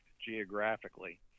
geographically